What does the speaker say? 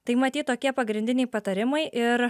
tai matyt tokie pagrindiniai patarimai ir